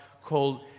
called